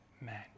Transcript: man